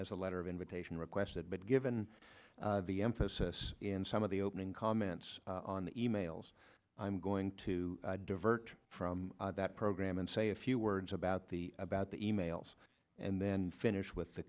as a letter of invitation requested but given the emphasis in some of the opening comments on the e mails i'm going to divert from that program and say a few words about the about the e mails and then finish with the